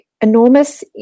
enormous